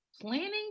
planning